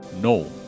No